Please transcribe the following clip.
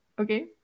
okay